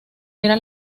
era